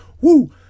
Woo